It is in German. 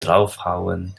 draufhauen